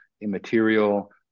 immaterial